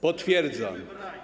Potwierdzam.